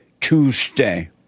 Tuesday